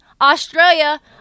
Australia